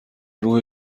روح